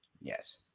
Yes